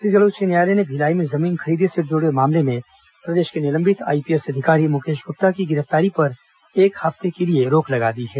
छत्तीसगढ़ उच्च न्यायालय ने भिलाई में जमीन खरीदी से जुड़े मामले में प्रदेश के निलंबित आईपीएस अधिकारी मुकेश गुप्ता की गिरफ्तारी पर एक हफ्ते की रोक लगा दी है